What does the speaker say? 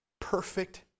perfect